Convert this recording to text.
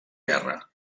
guerra